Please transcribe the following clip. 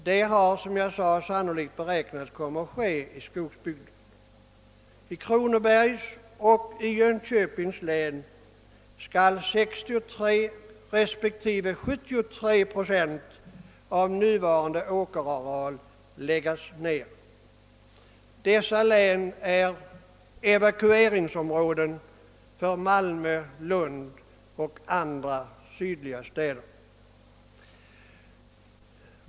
Det beräknas sannolikt komma att ske i skogsbygden. I Kronobergs och Jönköpings län skall 63 respektive 73 procent av den nuvarande åkerarealen läggas ner. Dessa län är evakueringsområden för Malmö, Lund och andra sydliga städer.